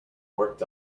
worked